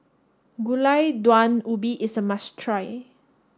Gulai Daun Ubi is a must try